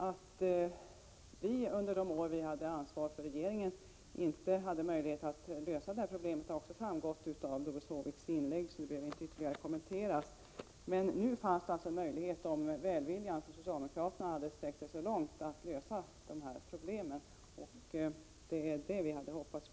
Att vi under de år vi hade ansvaret i regeringen inte hade möjlighet att lösa problemet har också framgått av Doris Håviks inlägg och behöver inte ytterligare kommenteras. Nu fanns det emellertid möjlighet att göra det, om välviljan från socialdemokraterna hade sträckt sig så långt, vilket vi hade hoppats.